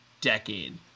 decade